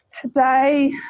Today